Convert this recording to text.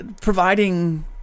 providing